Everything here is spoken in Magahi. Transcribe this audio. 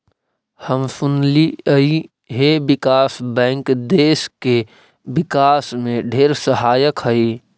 हम सुनलिअई हे विकास बैंक देस के विकास में ढेर सहायक हई